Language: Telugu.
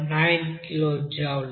9 కిలోజౌల్స్